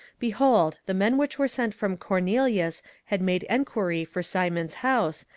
behold, the men which were sent from cornelius had made enquiry for simon's house,